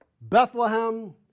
Bethlehem